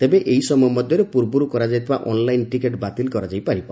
ତେବେ ଏହି ସମୟ ମଧ୍ଧରେ ପୂର୍ବରୁ କରାଯାଇଥିବା ଅନ୍ଲାଇନ୍ ଟିକେଟ୍ ବାତିଲ କରାଯାଇ ପାରିବ